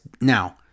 Now